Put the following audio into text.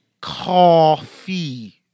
Coffee